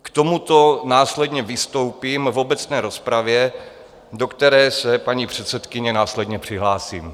K tomuto následně vystoupím v obecné rozpravě, do které se, paní předsedkyně, následně přihlásím.